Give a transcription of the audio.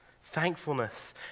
Thankfulness